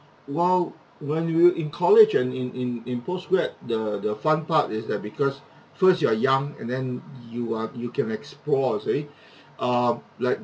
well when we were in college and in in in postgrad the the fun part is that because first you are young and then you are you can explore you see err like